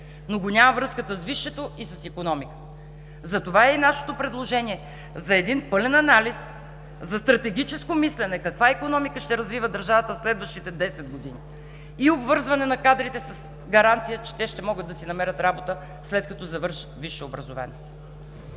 но я няма връзката с висшето и с икономиката. Затова нашето предложение е за един пълен анализ за стратегическо мислене каква икономика ще развива държавата в следващите 10 години и обвързване на кадрите с гаранция, че те ще могат да си намерят работа, след като завършат висше образование.